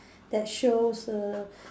that shows err